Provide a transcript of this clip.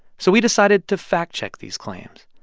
so we decided to fact-check these claims.